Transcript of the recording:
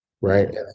Right